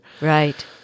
Right